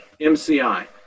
MCI